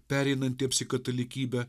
pereinantiems į katalikybę